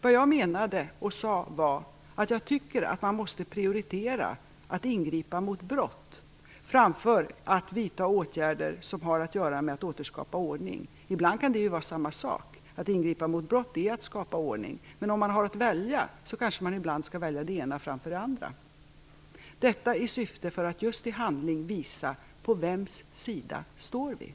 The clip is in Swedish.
Vad jag menade och sade var att jag tycker att man måste prioritera, att ingripa mot brott framför att vidta åtgärder som har att göra med att återskapa ordning. Ibland kan det vara samma sak. Att ingripa mot brott är att skapa ordning. Men om man har att välja kanske man ibland skall välja det ena framför det andra - detta i syfte att just i handling visa på vems sida vi står. Tack!